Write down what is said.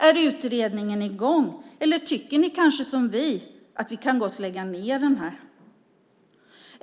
Är utredningen i gång, eller tycker ni som vi att vi gott kan lägga ned den?